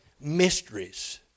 mysteries